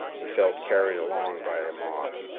he felt carried along by a mob.